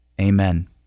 Amen